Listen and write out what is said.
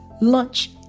lunch